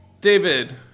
David